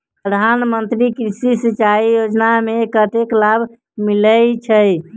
प्रधान मंत्री कृषि सिंचाई योजना मे कतेक लाभ मिलय छै?